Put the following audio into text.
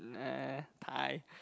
uh thigh